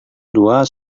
dua